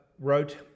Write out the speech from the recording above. wrote